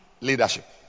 leadership